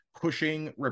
pushing